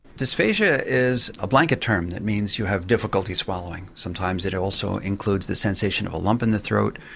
dysphagia is a blanket term that means you have difficulty swallowing. sometimes it it also includes the sensation of a lump in the throat,